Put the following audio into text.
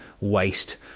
waste